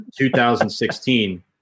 2016